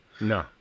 No